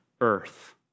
earth